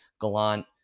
Gallant